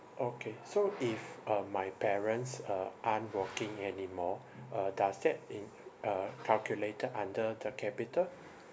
okay so if um my parents uh aren't working anymore uh does that in~ uh calculated under the capita